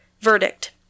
verdict